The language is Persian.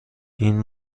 این